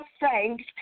thanks